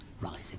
rising